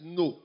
no